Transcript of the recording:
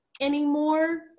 anymore